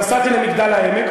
נסעתי למגדל-העמק,